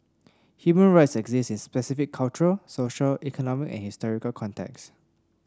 human rights exist in specific cultural social economic and historical contexts